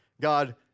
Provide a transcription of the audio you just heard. God